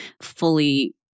fully